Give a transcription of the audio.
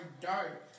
dark